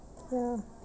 ya